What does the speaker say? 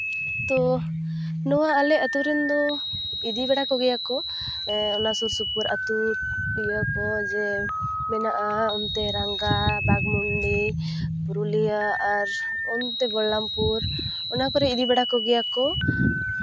ᱛᱚ ᱱᱚᱣᱟ ᱟᱞᱮ ᱟᱛᱳ ᱨᱮᱱ ᱫᱚ ᱤᱫᱤ ᱵᱟᱲᱟ ᱠᱚᱜᱮᱭᱟᱠᱚ ᱚᱱᱟ ᱥᱩᱨ ᱥᱩᱯᱩᱨ ᱟᱛᱳ ᱤᱭᱟᱹᱠᱚ ᱡᱮ ᱢᱮᱱᱟᱜᱼᱟ ᱚᱱᱛᱮ ᱨᱟᱸᱜᱟ ᱵᱟᱜᱽᱢᱩᱱᱰᱤ ᱯᱩᱨᱩᱞᱤᱭᱟᱹ ᱚᱱᱛᱮ ᱵᱚᱞᱞᱟᱢᱯᱩᱨ ᱚᱱᱟ ᱠᱚᱨᱮ ᱤᱫᱤ ᱵᱟᱲᱟ ᱠᱚᱜᱮᱭᱟᱠᱚ